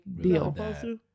deal